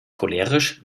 cholerisch